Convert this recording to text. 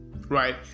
right